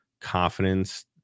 confidence